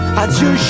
Adieu